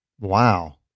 Wow